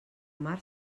mar